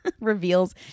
Reveals